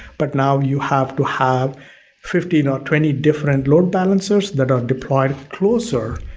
but now you have to have fifteen or twenty different load balancers that are deployed closer,